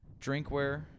drinkware